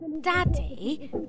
Daddy